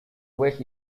west